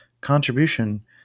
Contribution